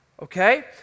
Okay